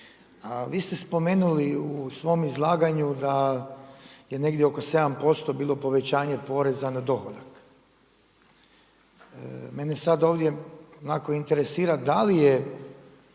vi ste spomenuli u svom izlaganju da je negdje oko 7% bilo povećanje poreza na dohodak. Mene sada ovdje interesira, da li je